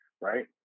right